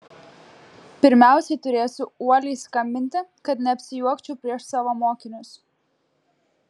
pirmiausiai turėsiu uoliai skambinti kad neapsijuokčiau prieš savo mokinius